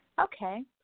Okay